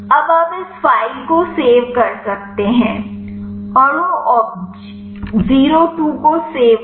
अब आप इस फाइल को सेव कर सकते हैं अणु ओब्ज 02 को सेव करें